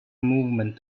movement